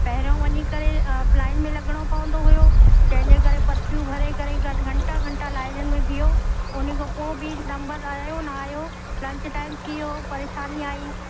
पहिरियों वञी करे लाइन में लॻिणो पवंदो हुओ जंहिंजे करे पर्चियूं भरे करे कर घंटा घंटा लाइनुनि में बीहो उन ई खां पोइ बि नम्बर आहियो न आहियो लंच टाइम थी वियो परेशानी आई